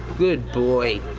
good boy!